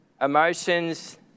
emotions